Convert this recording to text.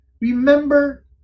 Remember